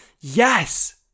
Yes